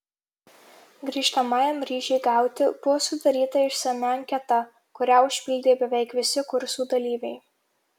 grįžtamajam ryšiui gauti buvo sudaryta išsami anketa kurią užpildė beveik visi kursų dalyviai